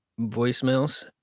voicemails